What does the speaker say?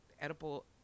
edible